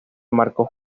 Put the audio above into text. marcos